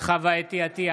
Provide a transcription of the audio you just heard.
חוה אתי עטייה,